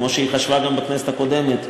כמו שהיא חשבה גם בכנסת הקודמת,